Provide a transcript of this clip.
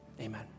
Amen